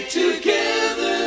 together